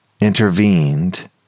intervened